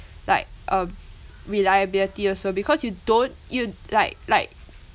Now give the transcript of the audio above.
like um reliability also because you don't you like like